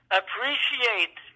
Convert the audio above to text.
appreciate